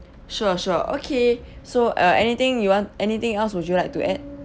sure sure okay so uh anything you want anything else would you like to add